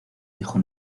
hijo